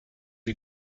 lui